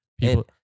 people